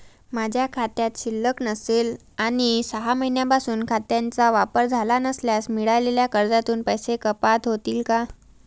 माझ्या खात्यात शिल्लक नसेल आणि सहा महिन्यांपासून खात्याचा वापर झाला नसल्यास मिळालेल्या कर्जातून पैसे कपात होतील का?